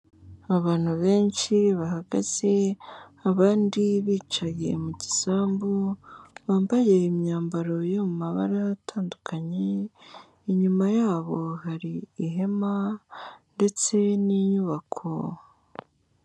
Abantu benshi bahagaze abandi bicariye mu gisambu, bambaye imyambaro yo mu mabara atandukanye, inyuma yabo hari ihema ndetse n'inyubako.